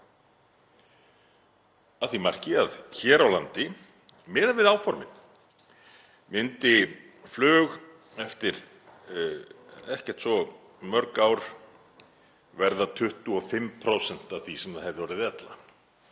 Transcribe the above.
að því marki að hér á landi, miðað við áformin, myndi flug eftir ekkert svo mörg ár verða 25% af því sem það hefði orðið ella,